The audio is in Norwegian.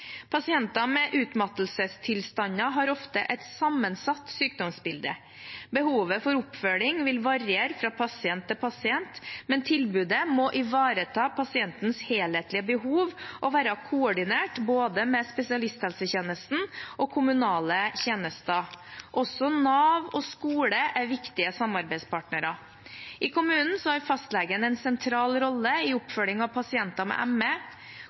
Pasienter med utmattelsestilstander har ofte et sammensatt sykdomsbilde. Behovet for oppfølging vil variere fra pasient til pasient, men tilbudet må ivareta pasientens helhetlige behov og være koordinert med både spesialisthelsetjenesten og kommunale tjenester. Også Nav og skole er viktige samarbeidspartnere. I kommunen har fastlegen en sentral rolle i oppfølgingen av pasienter med